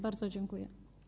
Bardzo dziękuję.